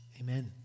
amen